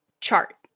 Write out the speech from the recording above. chart